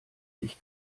ich